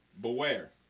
Beware